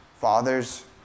fathers